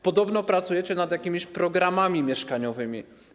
Podobno pracujecie nad jakimiś programami mieszkaniowymi.